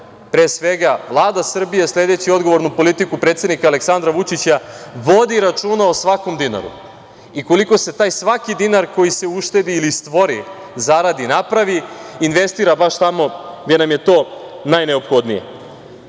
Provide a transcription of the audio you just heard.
pre svega Vlada Srbije, sledeći odgovornu politiku predsednika Aleksandra Vučića, vodi računa o svakom dinaru i koliko se taj svaki dinar koji se uštedi ili stvori, zaradi, napravi, investira baš tamo gde nam je to najneophodnije. Ja